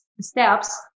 steps